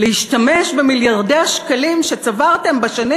להשתמש במיליארדי השקלים שצברתם בשנים